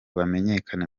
bamenyekane